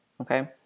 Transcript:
Okay